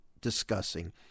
discussing